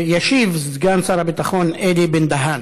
ישיב סגן שר הביטחון אלי בן-דהן.